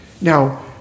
Now